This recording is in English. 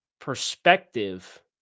perspective